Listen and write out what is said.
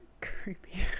creepy